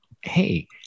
Hey